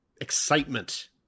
excitement